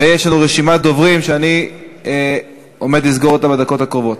ויש לנו רשימת דוברים שאני עומד לסגור בדקות הקרובות.